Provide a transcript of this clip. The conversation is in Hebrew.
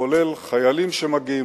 כולל חיילים שמגיעים,